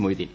Moideen